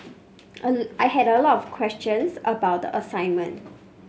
I had a lot of questions about the assignment